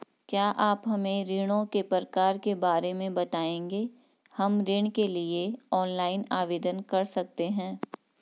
क्या आप हमें ऋणों के प्रकार के बारे में बताएँगे हम ऋण के लिए ऑनलाइन आवेदन कर सकते हैं?